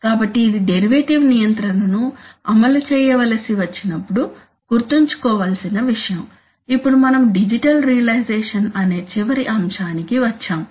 కాబట్టి ఇది డెరివేటివ్ నియంత్రణను అమలు చేయవలసి వచ్చినప్పుడు గుర్తుంచుకోవలసిన విషయం ఇప్పుడు మనం డిజిటల్ రియలైజేషన్స్ అనే చివరి అంశానికి వచ్చాము